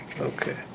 Okay